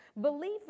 Belief